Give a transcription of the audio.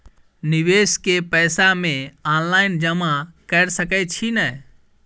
निवेश केँ पैसा मे ऑनलाइन जमा कैर सकै छी नै?